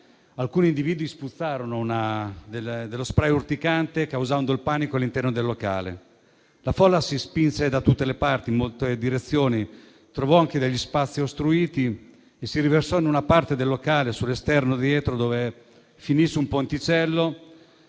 alcuni individui spruzzarono dello spray urticante, causando il panico all'interno del locale. La folla si spinse da tutte le parti in molte direzioni, trovò degli spazi ostruiti e si riversò in una parte del locale sull'esterno, dove finì su un ponticello